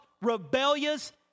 rebellious